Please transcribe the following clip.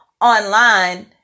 online